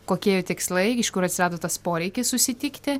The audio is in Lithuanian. kokie jo tikslai iš kur atsirado tas poreikis susitikti